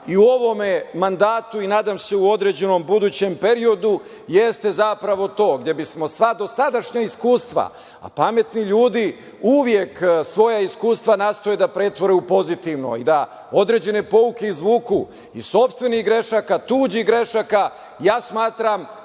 i u ovom mandatu i nadam se i u određenom budućem periodu, jeste zapravo to, gde bismo sva dosadašnja iskustva, pametni ljudi uvek svoja iskustva nastoje da pretvore u pozitivno, da određene pouke izvuku iz sopstvenih grešaka, tuđih grešaka, ja smatram